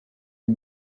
est